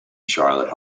charlotte